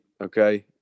Okay